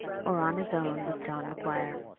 or on his own, with john mcguire.